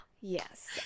yes